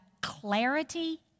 clarity